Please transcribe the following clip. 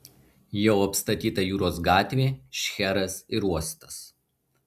jau apstatyta jūros gatvė šcheras ir uostas